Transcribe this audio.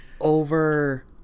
Over